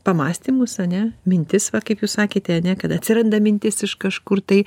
pamąstymus ane mintis va kaip jūs sakėte ane kad atsiranda mintis iš kažkur tai